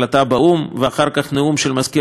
ואחר כך נאום של מזכיר המדינה קרי.